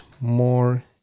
more